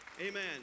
Amen